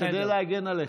משתדל להגן עליך.